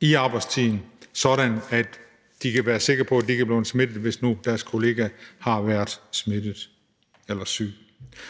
i arbejdstiden, sådan at de kan være sikre på, at de ikke er blevet smittet, hvis nu deres kollega har været smittet eller syg.